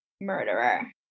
murderer